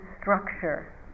structure